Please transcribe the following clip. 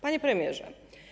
Panie Premierze!